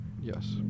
yes